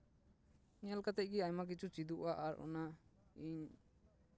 ᱧᱮᱞ ᱠᱟᱛᱮᱫ ᱜᱮ ᱟᱭᱢᱟ ᱠᱤᱪᱷᱩ ᱪᱮᱫᱚᱜᱼᱟ ᱟᱨ ᱚᱱᱟ ᱤᱧ